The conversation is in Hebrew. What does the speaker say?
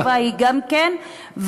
התשובה היא גם כן לא,